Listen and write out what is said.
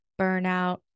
burnout